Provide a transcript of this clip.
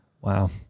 Wow